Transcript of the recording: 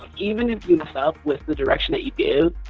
even if you mess up with the direction that you give,